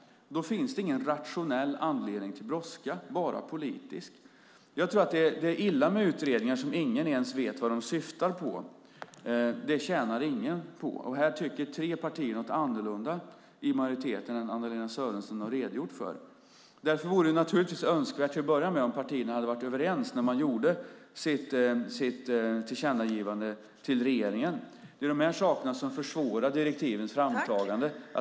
Då finns det ingen rationell anledning till brådska, bara politisk. Jag tror att det är illa med utredningar som ingen ens vet vad de syftar till. Det tjänar ingen på. Här tycker tre partier i majoriteten något annorlunda än det Anna-Lena Sörenson har redogjort för. Därför vore det naturligtvis till att börja med önskvärt om partierna hade varit överens när man gjorde sitt tillkännagivande till regeringen. Det är de här sakerna som försvårar direktivens framtagande.